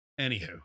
Anywho